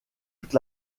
toute